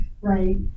right